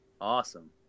Awesome